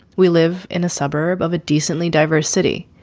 we live in a suburb of a decently diverse city.